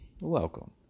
welcome